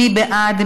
מי בעד?